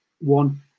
one